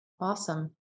Awesome